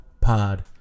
pod